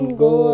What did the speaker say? go